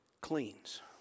cleans